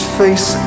face